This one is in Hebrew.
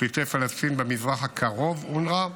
לפליטי פלסטין במזרח הקרוב (אונר"א)